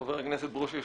חבר הכנסת ברושי,